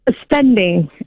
Spending